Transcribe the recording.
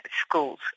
schools